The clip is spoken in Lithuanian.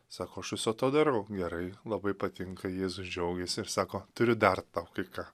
sako aš viso to darau gerai labai patinka jėzus džiaugiasi ir sako turiu dar tau kai ką